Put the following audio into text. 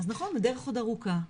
אז נכון הדרך עוד ארוכה,